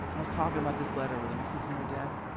i was talking about this letter with him. he says, you know dad,